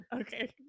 Okay